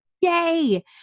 Yay